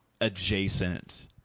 adjacent